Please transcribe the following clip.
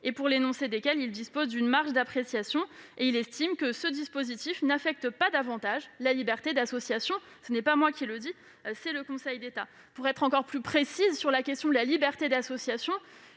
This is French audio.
et pour l'énoncé desquels il dispose d'une marge d'appréciation. En outre, ce dispositif n'affecte pas davantage la liberté d'association. Ce n'est pas moi qui le dis, c'est le Conseil d'État ! Pour être encore plus précise, le principe de liberté d'association